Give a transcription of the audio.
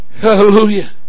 Hallelujah